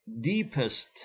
deepest